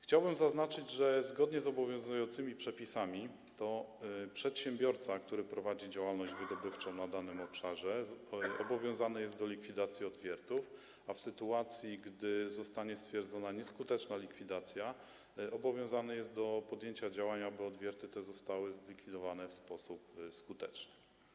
Chciałbym zaznaczyć, że zgodnie z obowiązującymi przepisami to przedsiębiorca, który prowadzi działalność wydobywczą na danym obszarze, obowiązany jest do likwidacji odwiertów, a w sytuacji, gdy zostanie stwierdzona nieskuteczna likwidacja, obowiązany jest do podjęcia działań, by odwierty te zostały zlikwidowane w sposób skuteczny.